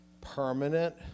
permanent